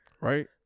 right